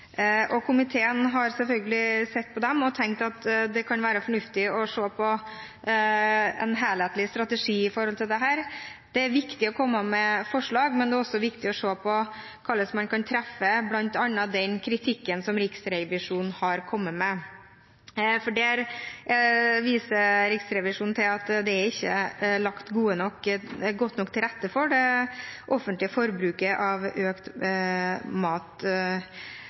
Komiteen har selvfølgelig sett på dem og tenkt at det kan være fornuftig å se på en helhetlig strategi rundt dette. Det er viktig å komme med forslag, men det er også viktig å se på hvordan en kan treffe bl.a. den kritikken som Riksrevisjonen har kommet med, for Riksrevisjonen viser til at det er ikke lagt godt nok til rette for det offentlige forbruket av økologisk mat.